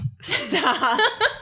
Stop